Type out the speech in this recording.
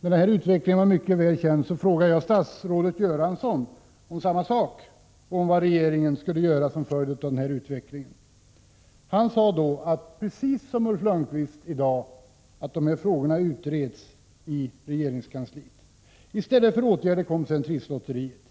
när den utveckling som nu pågår redan var mycket tydlig, frågade jag statsrådet Göransson om samma sak — nämligen vad regeringen skulle göra med anledning av utvecklingen. Han sade då, precis som Ulf Lönnqvist gör i dag, att dessa frågor utreds i regeringskansliet. I stället för åtgärder kom sedan trisslotteriet.